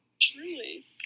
Truly